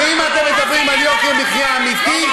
ואם אתם מדברים על יוקר מחיה אמיתי,